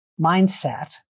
mindset